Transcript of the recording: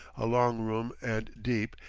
a long room and deep,